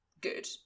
good